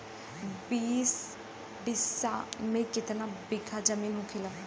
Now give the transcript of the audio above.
बीस बिस्सा में कितना बिघा जमीन होखेला?